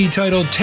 titled